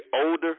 older